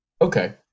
Okay